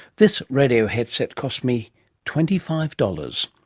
this radio headset cost me twenty five dollars.